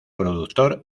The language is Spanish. productor